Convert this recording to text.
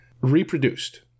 reproduced